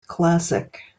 classic